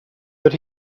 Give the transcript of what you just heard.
that